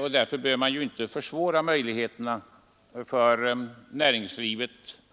Man bör inte försvåra för näringslivet